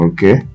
Okay